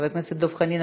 חבר הכנסת דב חנין,